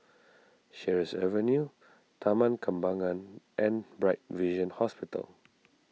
Sheares Avenue Taman Kembangan and Bright Vision Hospital